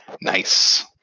Nice